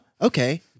Okay